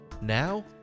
Now